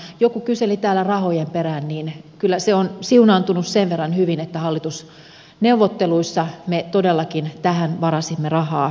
kun joku kyseli täällä rahojen perään niin kyllä se asia on siunaantunut sen verran hyvin että hallitusneuvotteluissa me todellakin tähän varasimme rahaa